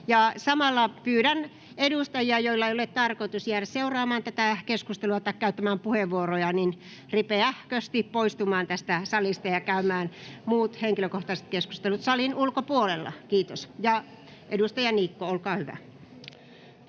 Pyydän niitä edustajia, joilla ei ole tarkoitus jäädä seuraamaan tätä keskustelua tai käyttämään puheenvuoroja, ripeähkösti poistumaan tästä salista ja käymään muut, henkilökohtaiset keskustelut salin ulkopuolella, kiitos. — Keskustelu, edustaja Niikko, olkaa hyvä.